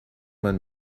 man